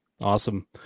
Awesome